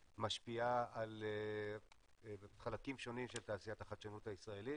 משפיעה על חלקים שונים של תעשיית החדשנות הישראלית.